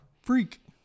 Freak